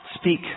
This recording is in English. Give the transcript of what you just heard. speak